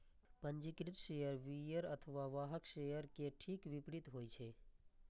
पंजीकृत share bearer अथवा वाहक शेयर के ठीक विपरीत होइ छै